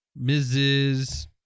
Mrs